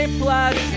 plus